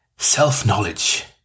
Self-knowledge